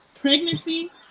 Pregnancy